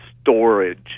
storage